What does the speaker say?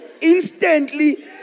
Instantly